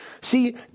See